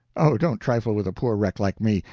oh, don't trifle with a poor wreck like me.